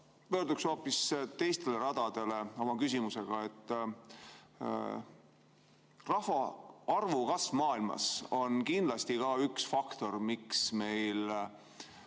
pöörduksin hoopis teistele radadele oma küsimusega. Rahvaarvu kasv maailmas on kindlasti üks faktor, miks meil